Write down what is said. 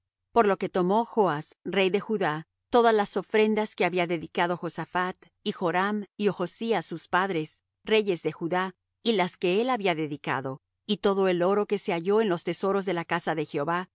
por lo que tomó joas rey de judá todas las ofrendas que había dedicado josaphat y joram y ochzías sus padres reyes de judá y las que él había dedicado y todo el oro que se halló en los tesoros de la casa de jehová